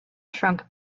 shrunk